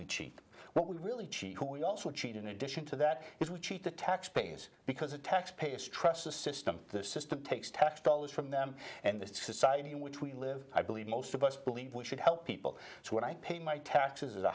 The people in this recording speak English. cheat what we really cheap also cheat in addition to that it would cheat the tax pays because the tax payers trust the system the system takes tax dollars from them and the society in which we live i believe most of us believe we should help people so when i pay my taxes as a